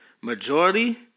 majority